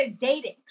dating